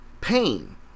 pain